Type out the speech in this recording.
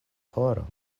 horo